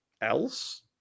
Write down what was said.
else